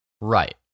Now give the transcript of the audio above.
Right